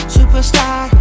Superstar